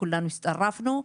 כולנו הצטרפנו.